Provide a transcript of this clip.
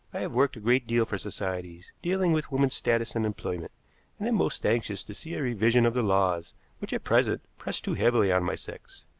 i have worked a great deal for societies dealing with women's status and employment, and am most anxious to see a revision of the laws which at present press too heavily on my sex.